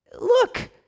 look